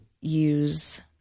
use